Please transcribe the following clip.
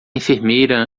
enfermeira